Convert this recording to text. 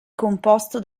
composto